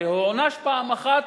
הרי הוא הוענש פעם אחת?